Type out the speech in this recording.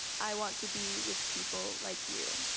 i want to be with people like you.